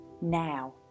now